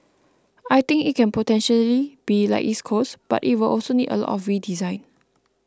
I think it can potentially be like East Coast but it will also need a lot of redesign